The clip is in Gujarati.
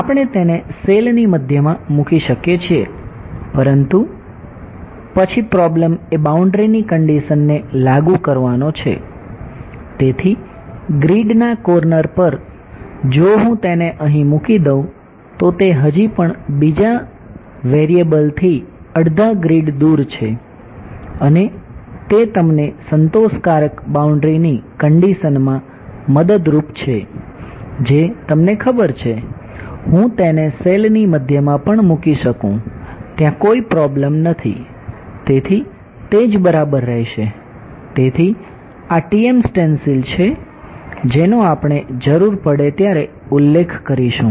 આપણે તેને સેલ છે જેનો આપણે જરૂર પડે ત્યારે ઉલ્લેખ કરીશું